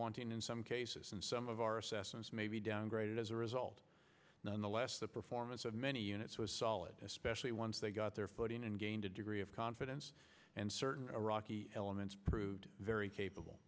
wanting in some cases and some of our assessments may be downgraded as a result nonetheless the performance of many units was solid especially once they got their footing and gained a degree of confidence and certain iraqi elements proved very capable